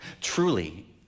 Truly